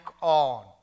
on